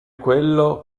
quello